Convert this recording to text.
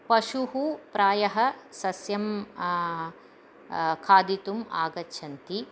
पशुः प्रायः सस्यं खादितुम् आगच्छन्ति